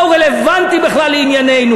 מה הוא רלוונטי בכלל לענייננו?